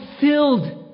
filled